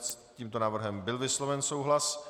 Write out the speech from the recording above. S tímto návrhem byl vysloven souhlas.